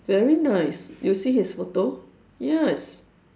very nice you see his photo yes